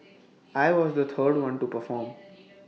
I was the third one to perform